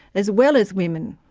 as well as women.